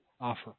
offer